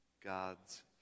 God's